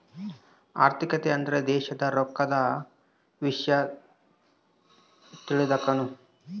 ಆರ್ಥಿಕತೆ ಅಂದ್ರ ದೇಶದ್ ರೊಕ್ಕದ ವಿಷ್ಯ ತಿಳಕನದು